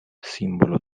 simbolo